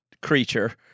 creature